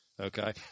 Okay